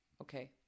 Okay